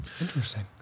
Interesting